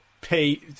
pay